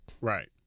Right